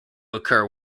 occur